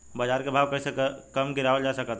बाज़ार के भाव कैसे कम गीरावल जा सकता?